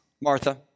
Martha